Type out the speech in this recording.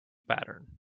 pattern